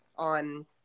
on